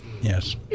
Yes